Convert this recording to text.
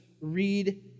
read